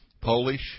Polish